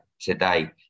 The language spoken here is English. today